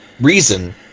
reason